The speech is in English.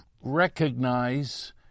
recognize